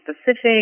specific